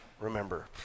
remember